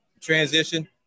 transition